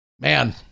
Man